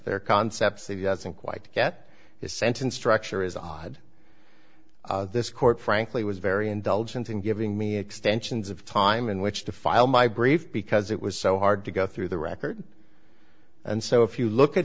there concepts that he doesn't quite get his sentence structure is odd this court frankly was very indulgent in giving me extensions of time in which to file my brief because it was so hard to go through the record and so if you look at